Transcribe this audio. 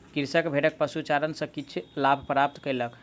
कृषक भेड़क पशुचारण सॅ किछु लाभ प्राप्त कयलक